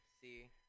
See